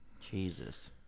Jesus